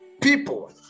people